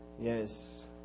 Yes